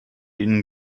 ihnen